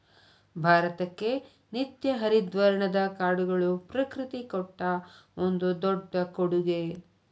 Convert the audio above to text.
ಭಾರತಕ್ಕೆ ನಿತ್ಯ ಹರಿದ್ವರ್ಣದ ಕಾಡುಗಳು ಪ್ರಕೃತಿ ಕೊಟ್ಟ ಒಂದು ದೊಡ್ಡ ಕೊಡುಗೆ